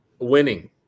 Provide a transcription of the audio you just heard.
Winning